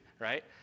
right